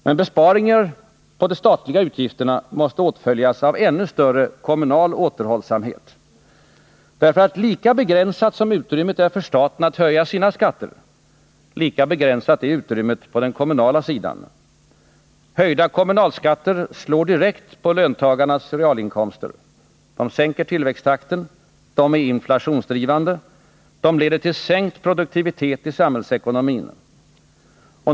Men besparingar på de statliga utgifterna måste åtföljas av ännu större kommunal återhållsamhet. Lika begränsat som utrymmet är för staten att höja sina skatter, lika begränsat är utrymmet på den kommunala sidan. Höjda kommunalskatter slår direkt på löntagarnas realinkomster. De sänker tillväxttakten. De är inflationsdrivande. De leder till sänkt produktivitet i samhällsekonomin.